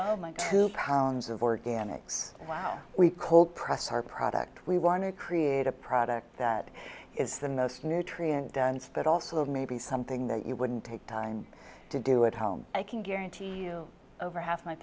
my two pounds of organics wow cold pressed hard product we want to create a product that is the most nutrient dense but also maybe something that you wouldn't take time to do at home i can guarantee you over half my